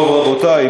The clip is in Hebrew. רבותי,